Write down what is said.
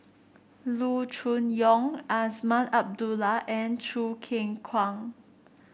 Loo Choon Yong Azman Abdullah and Choo Keng Kwang